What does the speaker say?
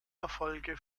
erfolge